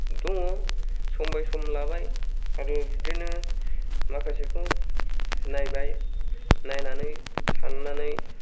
दङ सम बाय सम लाबाय आरो बिदिनो माखासेखौ नायबाय नायनानै साननानै